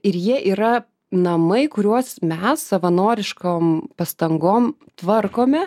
ir jie yra namai kuriuos mes savanoriškom pastangom tvarkome